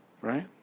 right